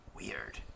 Weird